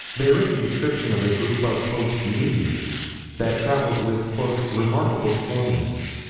there is a description of a group of meteors that traveled with remarkable slowness.